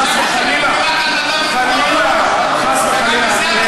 חס וחלילה, גם בזה אתה נוגע.